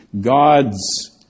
God's